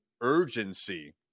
urgency